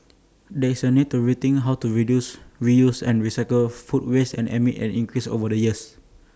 there is A need to rethink how to reduce reuse and recycle food waste amid an increase over the years